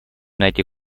найти